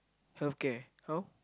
healthcare how